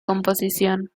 composición